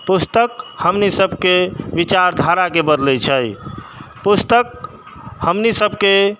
पुस्तक हमनी सबके विचार धारा के बदलै छै पुस्तक हमनी सबके